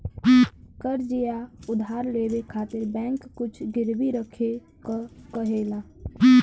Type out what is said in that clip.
कर्ज़ या उधार लेवे खातिर बैंक कुछ गिरवी रखे क कहेला